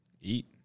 Eat